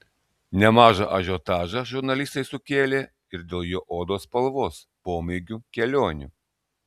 nemažą ažiotažą žurnalistai sukėlė ir dėl jo odos spalvos pomėgių kelionių